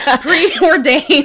preordained